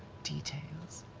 details.